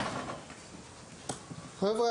חבר'ה,